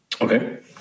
okay